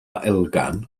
elgan